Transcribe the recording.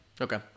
Okay